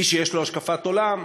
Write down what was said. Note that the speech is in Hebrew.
איש שיש לו השקפת עולם,